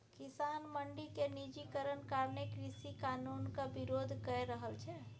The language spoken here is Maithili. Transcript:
किसान मंडी केर निजीकरण कारणें कृषि कानुनक बिरोध कए रहल छै